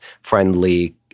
friendly